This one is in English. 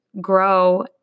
grow